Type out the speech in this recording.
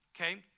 Okay